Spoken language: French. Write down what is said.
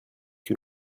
que